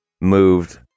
moved